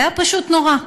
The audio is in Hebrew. זה היה פשוט נורא.